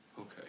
Okay